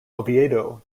oviedo